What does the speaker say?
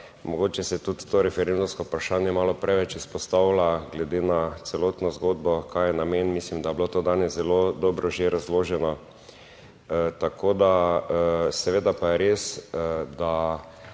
mogoče se tudi to referendumsko vprašanje malo preveč izpostavlja glede na celotno zgodbo kaj je namen, mislim, da je bilo to danes zelo dobro že razloženo. Tako da, seveda pa je res, da